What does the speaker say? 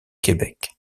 québec